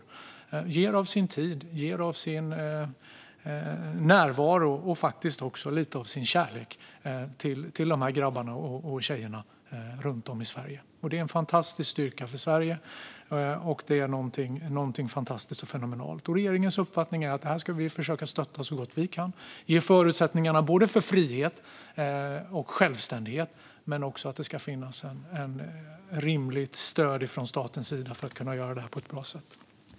De ger av sin tid och sin närvaro, och faktiskt också lite av sin kärlek, till de här grabbarna och tjejerna runt om i Sverige. Det är en oerhörd styrka för Sverige, och det är någonting fantastiskt och fenomenalt. Regeringens uppfattning är att vi ska försöka stötta detta så gott vi kan. Vi ska ge förutsättningarna för både frihet och självständighet men också för att det ska finnas ett rimligt stöd från statens sida för att kunna göra detta på ett bra sätt.